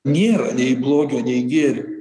nėra nei blogio nei gėrio